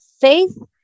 faith